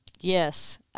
Yes